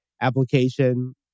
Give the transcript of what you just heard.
application